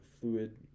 fluid